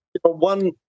one